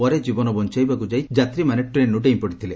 ପରେ ଜୀବନ ବଞାଇବାକୁ ଯାଇ ଯାତ୍ରୀମାନେ ଟ୍ରେନ୍ରୁ ଡେଇଁ ପଡିଥିଲେ